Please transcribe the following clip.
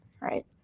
right